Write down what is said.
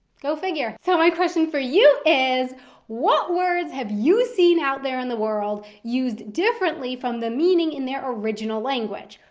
go figure. so my question for you is what words have you seen out there in the world used differently from the meaning in their original language?